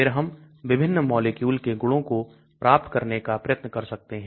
फिर हम विभिन्न मॉलिक्यूल के गुणों को प्राप्त करने का प्रयत्न कर सकते हैं